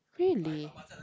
really